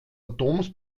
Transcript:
atoms